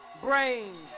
brains